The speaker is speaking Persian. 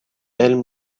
علم